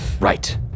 Right